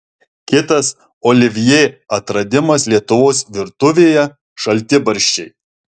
kitas olivjė atradimas lietuvos virtuvėje šaltibarščiai